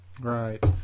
right